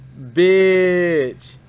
Bitch